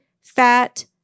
fat